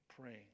praying